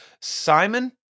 Simon